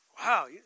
Wow